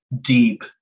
deep